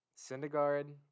Syndergaard